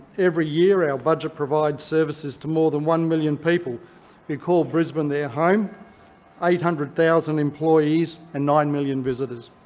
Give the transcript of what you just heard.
every year our budget provides services to more than one million people who call brisbane their home eight hundred thousand employees and nine million visitors.